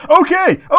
Okay